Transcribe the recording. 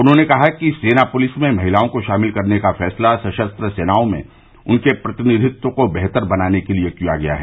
उन्होंने कहा कि सेना पुलिस में महिलाओं को शामिल करने का फैसला सशस्त्र सेनाओं में उनके प्रतिनिधित्व को बेहतर बनाने के लिए किया गया है